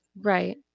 right